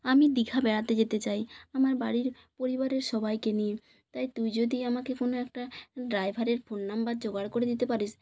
আমি দীঘা বেড়াতে যেতে চাই আমার বাড়ির পরিবারের সবাইকে নিয়ে তাই তুই যদি আমাকে কোন একটা ড্রাইভারের ফোন নম্বর জোগাড় করে দিতে পারিস